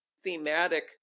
thematic